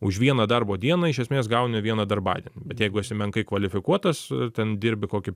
už vieną darbo dieną iš esmės gauni vieną darbadienį bet jeigu esi menkai kvalifikuotas ir ten dirbi kokį